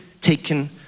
taken